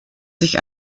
sich